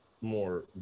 more